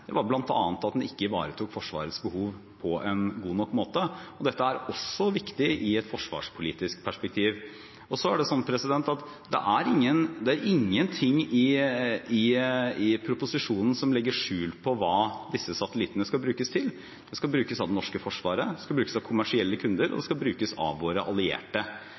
som var problemet med KS1, var bl.a. at den ikke ivaretok Forsvarets behov på en god nok måte. Dette er også viktig i et forsvarspolitisk perspektiv. Det er ingenting i proposisjonen som legger skjul på hva disse satellittene skal brukes til. De skal brukes av Det norske forsvaret, de skal brukes av kommersielle kunder, og de skal brukes av våre allierte.